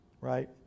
right